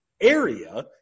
area